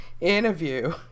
interview